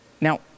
Now